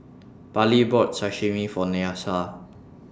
Parlee bought Sashimi For Nyasia